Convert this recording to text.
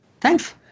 Thanks